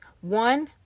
One